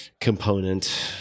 component